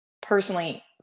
personally